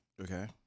Okay